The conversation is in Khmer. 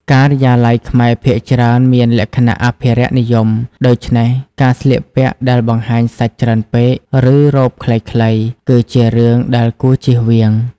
ការិយាល័យខ្មែរភាគច្រើនមានលក្ខណៈអភិរក្សនិយម ដូច្នេះការស្លៀកពាក់ដែលបង្ហាញសាច់ច្រើនពេក ឬរ៉ូបខ្លីៗ គឺជារឿងដែលគួរជៀសវាង។